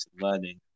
learning